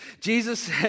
Jesus